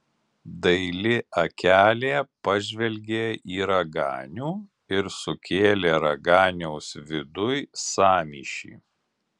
daili akelė pažvelgė į raganių ir sukėlė raganiaus viduj sąmyšį